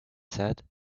said